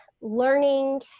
learning